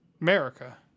America